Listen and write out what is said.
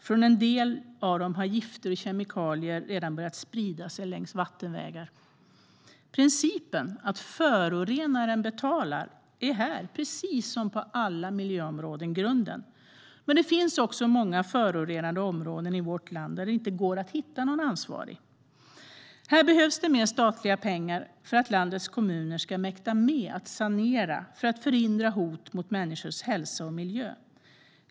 Från en del av dem har gifter och kemikalier redan börjat sprida sig längs vattenvägar. Principen att förorenaren betalar är här, precis som på alla miljöområden, grunden. Men det finns också många förorenade områden i vårt land där det inte går att hitta någon ansvarig. Det behövs mer statliga pengar för att landets kommuner ska mäkta med att sanera och på så sätt förhindra hot mot människors hälsa och mot miljön.